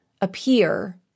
appear